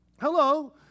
Hello